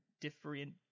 different